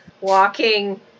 walking